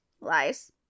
lies